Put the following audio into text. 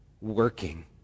working